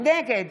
נגד